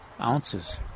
ounces